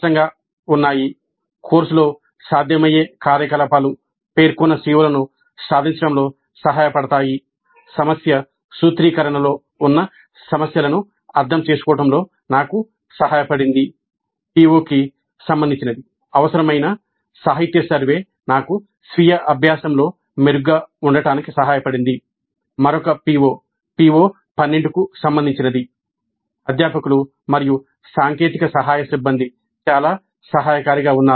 "CO లు స్పష్టంగా ఉన్నాయి" కోర్సులో సాధ్యమయ్యే కార్యకలాపాలు పేర్కొన్న CO లను సాధించడంలో సహాయపడతాయి "సమస్య సూత్రీకరణలో ఉన్న సమస్యలను అర్థం చేసుకోవడంలో నాకు సహాయపడింది" అధ్యాపకులు మరియు సాంకేతిక సహాయక సిబ్బంది చాలా సహాయకారిగా ఉన్నారు